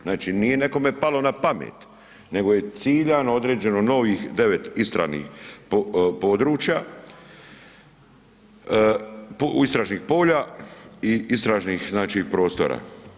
Znači nije nekome palo na pamet nego je ciljano određeno novih 9 istražnih područja, istražnih polja i istražnih prostora.